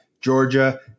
Georgia